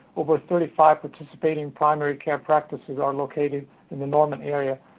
over thirty five participating primary care practices are located in the norman area.